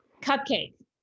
Cupcake